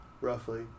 roughly